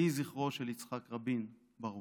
יהי זכרו של יצחק רבין ברוך.